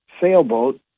sailboat